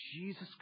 Jesus